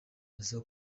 aza